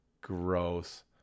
Gross